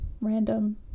random